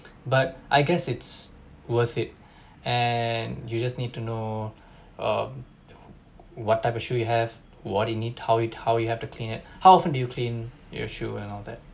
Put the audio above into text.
but I guess it's worth it and you just need to know um what type of shoe you have what you need how it how you have to clean it how often do you clean your shoe and all that